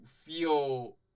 feel